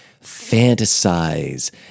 fantasize